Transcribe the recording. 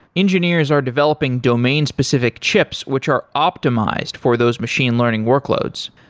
engineers are developing domain specific chips which are optimized for those machine learning workloads.